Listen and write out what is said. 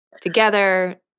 together